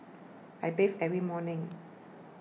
I bathe every morning